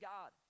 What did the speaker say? God